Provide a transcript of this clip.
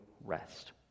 Rest